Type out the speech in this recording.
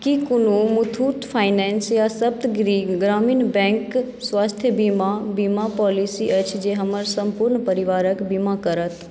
की कोनो मुथूट फाइनेंस या सप्तगिरि ग्रामीण बैंक स्वास्थ्य बीमा बीमा पॉलिसी अछि जे हमर सम्पूर्ण परिवारक बीमा करत